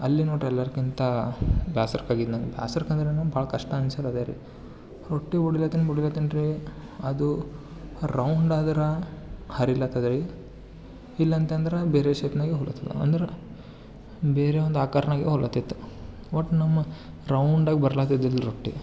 ಅಲ್ಲಿ ನೋಡ್ರಿ ಎಲ್ಲರ್ಕ್ಕಿಂತ ಬೇಸರ್ಕಾಗಿದ್ದು ನಂಗೆ ಬೇಸರ ಅಂದ್ರೆ ನಾನ್ ಭಾಳ ಕಷ್ಟ ಅನ್ಸೋದು ಅದೇರಿ ರೊಟ್ಟಿ ಹೊಡಿಲತೆನು ಹೊಡಿಲತೆನು ರೀ ಅದು ರೌಂಡ್ ಆದ್ರೆ ಹರಿಲಾತದ್ರಿ ಇಲ್ಲ ಅಂತಂದ್ರೆ ಬೇರೆ ಶೇಪ್ನಾಗೆ ಹೊಡಿತೀವಿ ಅಂದ್ರೆ ಬೇರೆವೊಂದು ಆಕಾರನಾಗೆ ಹೋಗ್ಲತಿತ್ ಒಟ್ಟು ನಮ್ಮ ರೌಂಡಾಗಿ ಬರಲಾತಿದಿಲ್ರಿ ರೊಟ್ಟಿ